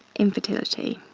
infertility.